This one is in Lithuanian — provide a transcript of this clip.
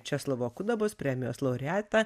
česlovo kudabos premijos laureatą